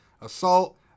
assault